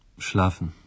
Schlafen